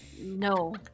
No